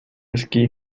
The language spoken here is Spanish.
esquí